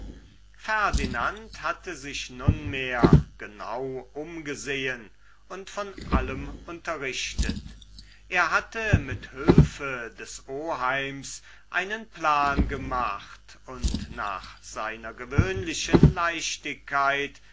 ferdinand hatte sich nunmehr genau umgesehen und von allem unterrichtet er hatte mit hülfe des oheims einen plan gemacht und nach seiner gewöhnlichen leichtigkeit